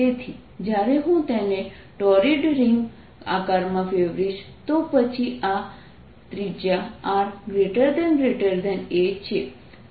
તેથી જ્યારે હું તેને ટૉરિડ રિંગ આકારમાં ફેરવીશ તો પછી આ ત્રિજ્યા Ra છે